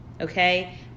Okay